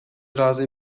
ыраазы